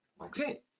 okay